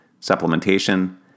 supplementation